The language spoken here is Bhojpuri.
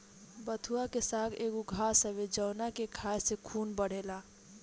बथुआ के साग एगो घास हवे जावना के खाए से खून बढ़ेला